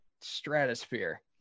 stratosphere